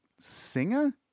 singer